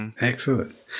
Excellent